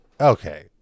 Okay